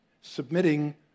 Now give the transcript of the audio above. Submitting